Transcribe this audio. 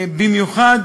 במיוחד